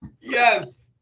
Yes